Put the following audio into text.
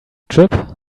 trip